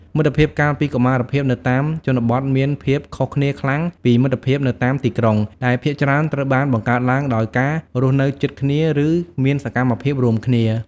មិត្តភាពកាលពីកុមារភាពនៅតាមជនបទមានភាពខុសគ្នាខ្លាំងពីមិត្តភាពនៅតាមទីក្រុង ដែលភាគច្រើនត្រូវបានបង្កើតឡើងដោយការរស់នៅជិតគ្នាឬមានសកម្មភាពរួមគ្នា។